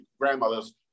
grandmothers